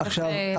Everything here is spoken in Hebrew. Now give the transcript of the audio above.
עכשיו,